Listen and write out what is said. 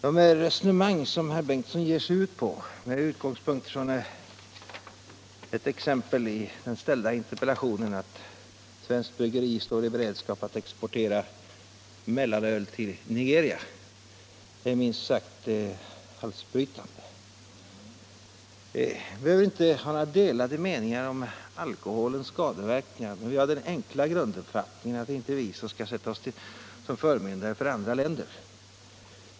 Det resonemang som herr Bengtson ger sig in på med utgångspunkt i ett exempel i den ställda interpellationen, att ett svenskt bryggeriföretag står i beredskap att exportera mellanöl till Nigeria, är minst sagt halsbrytande. Vi behöver inte ha några delade meningar om alkoholens skadeverkningar. Men jag har den enkla uppfattningen att vi inte skall sätta oss som förmyndare över andra länder.